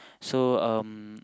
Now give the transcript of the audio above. so um